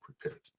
prepared